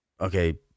okay